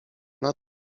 nad